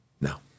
No